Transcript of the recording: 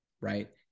right